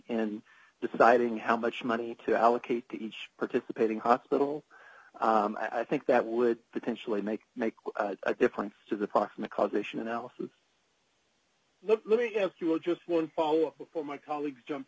and deciding how much money to allocate to each participating hospital i think that would potentially make make a difference to the proximate cause ition analysis let me ask you all just one follow up before my colleagues jump